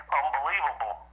unbelievable